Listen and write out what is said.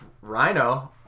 Rhino